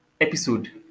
episode